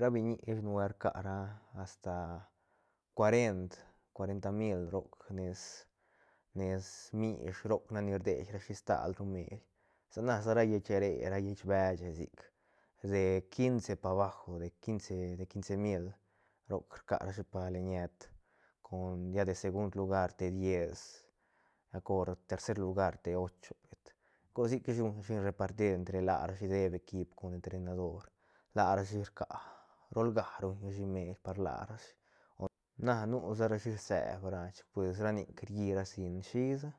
ra biñi ish nubuelt rca ra asta cuarent cuarenta mil roc nes nes mish roc nac ni rdeirashi stal ru meil sa na sa ra lleich re ra lleich beche sic de quince pa bajo de quince de quince mil roc rcarashi pa leñeit con lla de segund lugar te diez lla cor tercer lugar te ocho pet cor sic ish ruñrashi repartir entre larashi dep equip con entrenador larashi rca rolga ruñrashi meil par larashi o na nusa rashi rseeb ra chic pues ra nic riíra sin shisa.